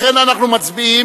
לכן אנחנו מצביעים